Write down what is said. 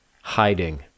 hiding